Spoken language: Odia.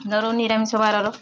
ଦର ନିରାମିଷ ବାରର